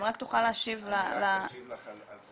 אם רק תוכל להשיב ל --- אני רק אשיב לך על זה.